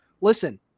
Listen